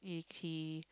he he